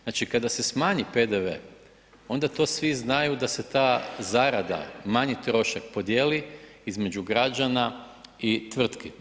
Znači kada se smanji PDV, onda to svi znaju da se ta zarada, manji trošak podijeli između građana i tvrtki.